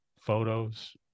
photos